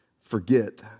forget